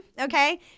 okay